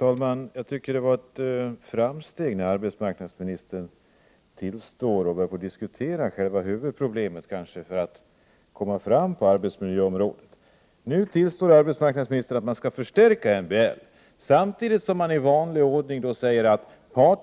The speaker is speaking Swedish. Herr talman! Jag tycker att det var ett framsteg när arbetsmarknadsministern började diskutera huvudproblemet på arbetsmiljöområdet. Nu tillstår arbetsmarknadsministern att man skall förstärka MBL samtidigt som man i vanlig ordning säger att